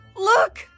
look